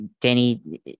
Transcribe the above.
Danny